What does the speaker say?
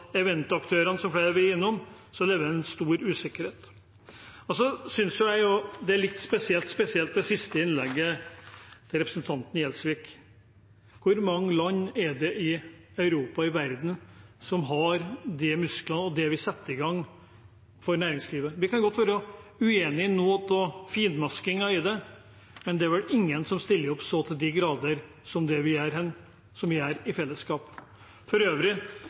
det siste innlegget til representanten Gjelsvik er litt spesielt. Hvor mange land er det i Europa og i verden ellers som har de musklene og det vi setter i gang for næringslivet? Vi kan godt være uenig i noe av det finmaskede i det, men det er vel ingen som stiller opp så til de grader som det vi gjør i fellesskap. For øvrig